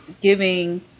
giving